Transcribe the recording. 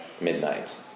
midnight